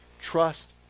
trust